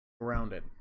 grounded